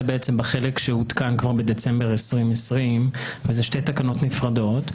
זה בעצם בחלק שעודכן כבר מדצמבר 2020 ואלה שתי תקנות נפרדות.